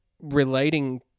relating